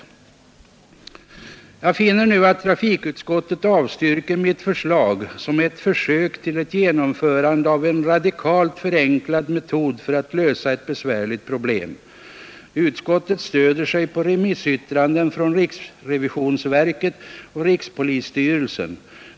Jag finner nu att trafikutskottet avstyrkt mitt förslag, som är ett försök till genomförande av en radikalt förenklad metod för att lösa ett besvärligt problem. Utskottet stöder sig på remissyttranden från riksrevisionsverket och rikspolisstyrelsen.